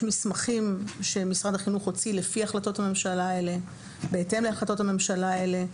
יש מסמכים שמשרד החינוך הוציא לפי ובהתאם להחלטות הממשלה האלה,